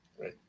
Right